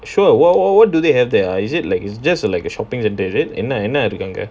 sure what do they have there ah is it like it's just like a shopping shopping centre is it என்ன இருக்கு அங்க:enna irukku anga